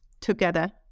together